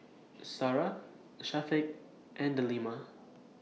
Sarah Syafiq and Delima